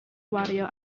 gwario